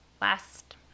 last